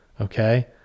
okay